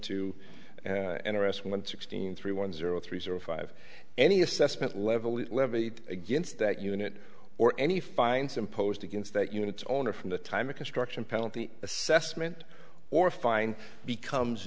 arrest one sixteen three one zero three zero five any assessment level levied against that unit or any fines imposed against that unit's owner from the time of construction penalty assessment or fine becomes